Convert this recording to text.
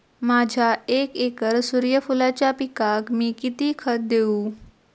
माझ्या एक एकर सूर्यफुलाच्या पिकाक मी किती खत देवू?